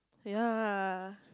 ya